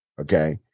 okay